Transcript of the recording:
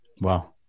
Wow